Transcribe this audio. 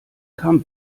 kam